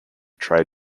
trade